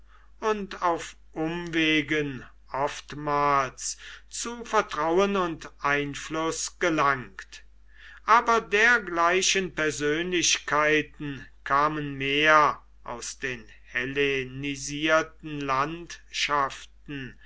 und auf umwegen oftmals zu vertrauen und einfluß gelangt aber dergleichen persönlichkeiten kamen mehr aus den hellenisierten landschaften